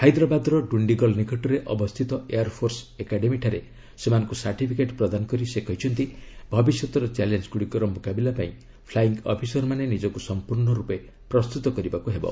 ହାଇଦ୍ରାବାଦର ଡୁଣ୍ଡିଗଲ୍ ନିକଟରେ ଅବସ୍ଥିତ ଏୟାର୍ ଫୋର୍ସ ଏକାଡେମୀଠାରେ ସେମାନଙ୍କୁ ସାର୍ଟିଫିକେଟ୍ ପ୍ରଦାନ କରି ସେ କହିଛନ୍ତି ଭବିଷ୍ୟତର ଚ୍ୟାଲେଞ୍ଗୁଡ଼ିକର ମୁକାବିଲା ପାଇଁ ଫ୍ଲାଇଙ୍ଗ୍ ଅଫିସରମାନେ ନିଜକୁ ସମ୍ପୂର୍ଣ୍ଣ ରୂପେ ପ୍ରସ୍ତୁତ କରିବାକୁ ପଡ଼ିବ